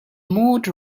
mood